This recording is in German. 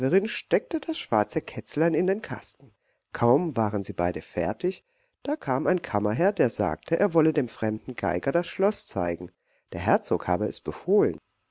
steckte das schwarze kätzlein in den kasten kaum waren sie beide fertig da kam ein kammerherr der sagte er wolle dem fremden geiger das schloß zeigen der herzog habe es befohlen